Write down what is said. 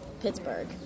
Pittsburgh